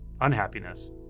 unhappiness